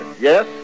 Yes